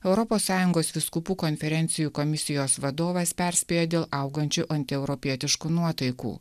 europos sąjungos vyskupų konferencijų komisijos vadovas perspėja dėl augančių antieuropietiškų nuotaikų